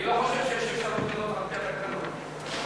אני לא חושב שיש אפשרות כזאת לפי התקנון.